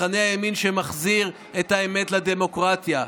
מחנה הימין שמחזיר את האמת לדמוקרטיה,